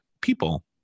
people